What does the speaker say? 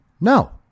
No